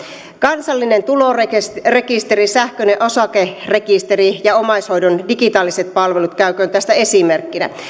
kansallinen tulorekisteri sähköinen osakerekisteri ja omaishoidon digitaaliset palvelut käykööt näistä esimerkkeinä